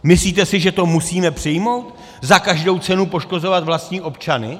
Myslíte si, že to musíme přijmout, za každou cenu poškozovat vlastní občany?